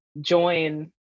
join